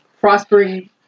Prospering